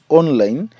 online